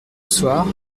soir